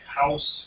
house